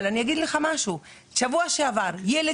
אבל אני אגיד לך משהו: בשבוע שעבר ילד